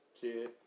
kid